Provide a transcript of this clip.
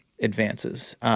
advances